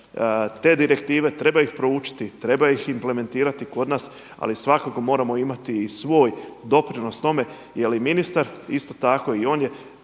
te direktive treba ih proučiti, treba ih implementirati kod nas ali svakako moramo imati i svoj doprinos tome. Jer i ministar isto tako i on je